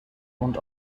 und